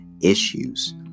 issues